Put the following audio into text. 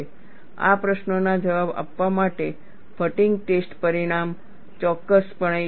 આ પ્રશ્નોના જવાબ આપવા માટે ફટીગ ટેસ્ટ પરિણામ ચોક્કસપણે યોગ્ય નથી